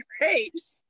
grapes